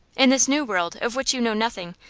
in this new world, of which you know nothing,